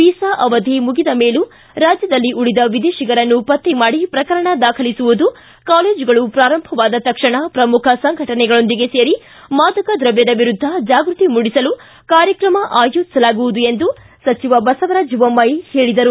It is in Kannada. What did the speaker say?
ವೀಸಾ ಅವಧಿ ಮುಗಿದ ಮೇಲೂ ರಾಜ್ಯದಲ್ಲಿ ಉಳಿದ ವಿದೇಶಿಗರನ್ನು ಪತ್ತೆ ಮಾಡಿ ಪ್ರಕರಣ ದಾಖಲಿಸುವುದು ಕಾಲೇಜುಗಳು ಪ್ರಾರಂಭವಾದ ತಕ್ಷಣ ಶ್ರಮುಖ ಸಂಘಟನೆಗಳೊಂದಿಗೆ ಸೇರಿ ಮಾದಕ ದ್ರವ್ಯದ ವಿರುದ್ದ ಜಾಗೃತಿ ಮೂಡಿಸಲು ಕಾರ್ಯಕ್ರಮ ಆಯೋಜಿಸಲಾಗುವುದು ಎಂದು ಸಚಿವ ಬಸವರಾಜ ದೊಮ್ನಾಯಿ ಹೇಳಿದರು